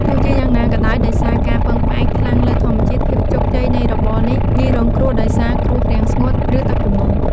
ទោះជាយ៉ាងណាក៏ដោយ ដោយសារការពឹងផ្អែកខ្លាំងលើធម្មជាតិ ភាពជោគជ័យនៃរបរនេះងាយរងគ្រោះដោយសារគ្រោះរាំងស្ងួត ឬទឹកជំនន់។